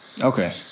Okay